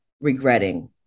regretting